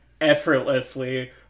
Effortlessly